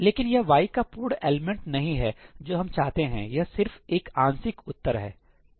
लेकिन यह y का पूर्ण एलिमेंट नहीं है जो हम चाहते हैं यह सिर्फ एक आंशिक उत्तर है ठीक है